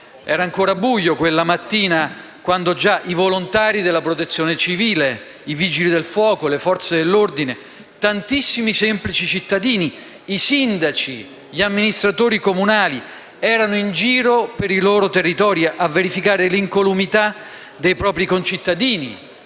Era ancora buio quella mattina quando già i volontari della Protezione civile, i Vigili del fuoco, le Forze dell'ordine, tantissimi semplici cittadini, i sindaci, gli amministratori comunali erano in giro per i loro territori a verificare l'incolumità dei propri concittadini